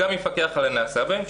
יפקח על הנעשה בהם.